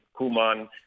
Kuman